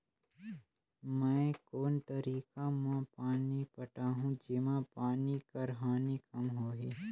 मैं कोन तरीका म पानी पटाहूं जेमा पानी कर हानि कम होही?